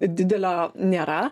didelio nėra